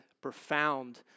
profound